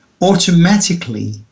automatically